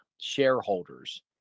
shareholders